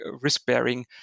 risk-bearing